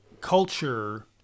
culture